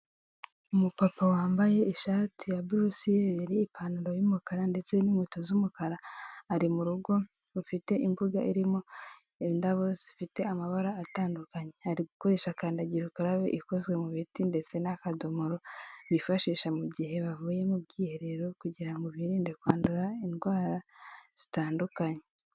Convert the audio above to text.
Umupapa wambaye ishati ya burusiyeri, ipantaro y'umukara ndetse n'inkweto z'umukara, ari mu rugo rufite imbuga irimo indabo zifite amabara atandukanye ari gukoresha kandagira ukarabe ikozwe mu biti ndetse n'akadomoro bifashisha mu gihe bavuye mu bwiherero kugira ngo ngo birinde kwandura indwara zitandukanye.